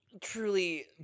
Truly